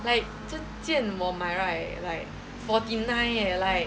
like 这件我买 right like forty nine eh like